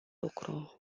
lucru